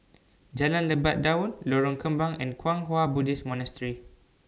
Jalan Lebat Daun Lorong Kembang and Kwang Hua Buddhist Monastery